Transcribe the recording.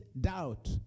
doubt